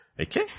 Okay